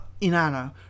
Inanna